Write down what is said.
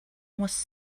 was